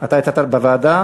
אתה הצעת בוועדה?